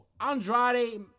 Andrade